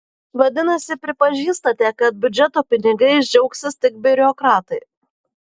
vadinasi pripažįstate kad biudžeto pinigais džiaugsis tik biurokratai